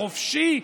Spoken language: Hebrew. החופשי,